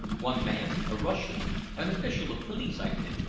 one man a russian an official of police, i think.